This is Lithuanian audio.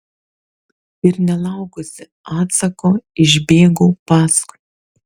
ir nelaukusi atsako išbėgau paskui